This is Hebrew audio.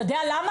אתה יודע למה?